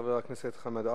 חבר הכנסת חמד עמאר,